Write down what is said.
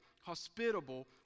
hospitable